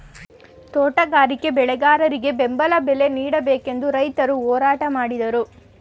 ತೋಟಗಾರಿಕೆ ಬೆಳೆಗಾರರಿಗೆ ಬೆಂಬಲ ಬಲೆ ನೀಡಬೇಕೆಂದು ರೈತರು ಹೋರಾಟ ಮಾಡಿದರು